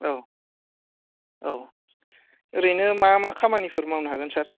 औ औ ओरैनो मा मा खामानिफोर मावनो हागोन सार